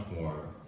more